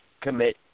commit